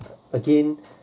again